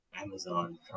Amazon